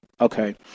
Okay